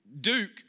Duke